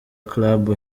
club